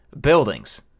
buildings